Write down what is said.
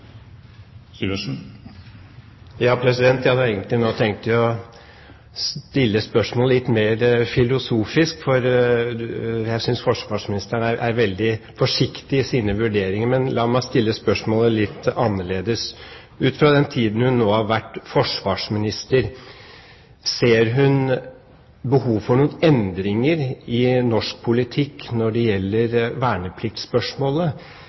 Jeg hadde egentlig tenkt å stille spørsmålet litt mer filosofisk, for jeg synes forsvarsministeren er veldig forsiktig i sine vurderinger, men la meg stille spørsmålet litt annerledes: Ut fra den tiden hun nå har vært forsvarsminister, ser hun behov for noen endringer i norsk politikk når det gjelder